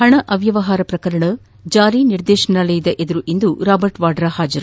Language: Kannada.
ಹಣ ಅವ್ಯವಹಾರ ಪ್ರಕರಣ ಜಾರಿನಿರ್ದೇಶನಾಲಯದ ಎದುರು ಇಂದು ರಾಬರ್ಟ್ ವಾದ್ರಾ ಹಾಜರು